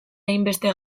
hainbeste